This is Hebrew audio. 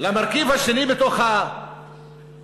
למרכיב השני בתוך הממשלה,